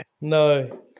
No